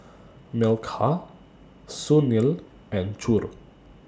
Milkha Sunil and Choor